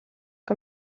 que